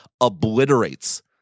obliterates